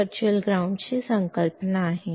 ही virtual ग्राउंडची संकल्पना आहे